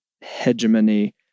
hegemony